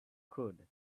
could